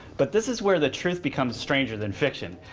but this is where the truth becomes stranger than fiction.